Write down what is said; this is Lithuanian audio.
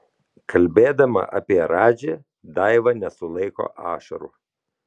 kalbėdama apie radži daiva nesulaiko ašarų